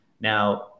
Now